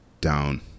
down